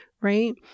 right